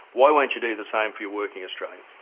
why won't you do the same for your working australians?